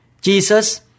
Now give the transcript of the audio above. Jesus